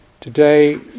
today